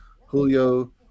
Julio